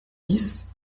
dix